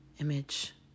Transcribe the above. Image